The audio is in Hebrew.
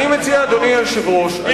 השאלה אם זה בדיעבד או מלכתחילה.